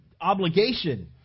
obligation